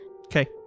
Okay